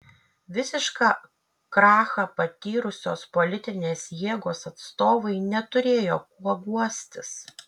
visišką krachą patyrusios politinės jėgos atstovai neturėjo kuo guostis